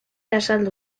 azaldu